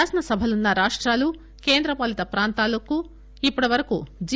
శాసనసభలున్న రాష్టాలు కేంద్ర పాలిత ప్రాంతాలకు ఇప్పటి వరకు జి